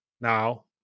Now